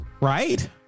right